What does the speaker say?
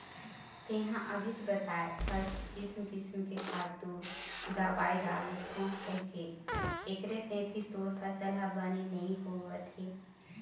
तेंहा अभीच बताए हस किसम किसम के खातू, दवई डालथव कहिके, एखरे सेती तोर फसल ह बने नइ होवत हे